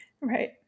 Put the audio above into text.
Right